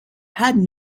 had